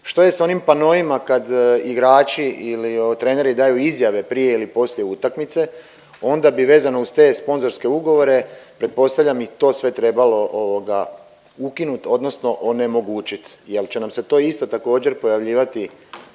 što je sa onim panoima kad igrači ili treneri daju izjavu prije ili poslije utakmice onda bi vezano uz te sponzorske ugovore pretpostavljam i to sve trebalo ukinuti, odnosno onemogućiti jer će nam se to isto također pojavljivati